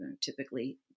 typically